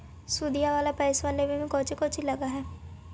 सुदिया वाला पैसबा लेबे में कोची कोची लगहय?